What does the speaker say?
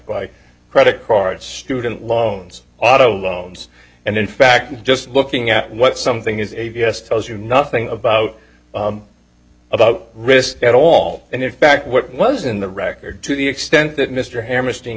by credit cards student loans auto loans and in fact just looking at what something is a vs tells you nothing about about risk at all and in fact what was in the record to the extent that mr hammerstein